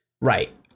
right